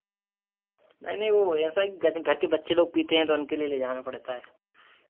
नहीं नहीं वो ऐसा है घर के बच्चे लोग पीते हैं तो उनको लिए ले जाना पड़ता है